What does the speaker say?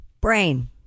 Brain